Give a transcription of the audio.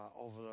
over